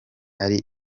ari